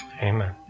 Amen